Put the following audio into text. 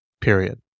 Period